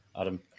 Adam